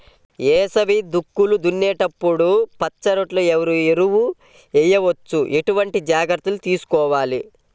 వేసవి దుక్కులు దున్నేప్పుడు పచ్చిరొట్ట ఎరువు వేయవచ్చా? ఎటువంటి జాగ్రత్తలు తీసుకోవాలి?